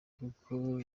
kuko